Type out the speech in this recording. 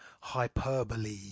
Hyperbole